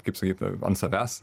kaip sakyt ant savęs